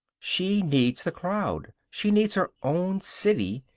she needs the crowd, she needs her own city,